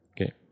okay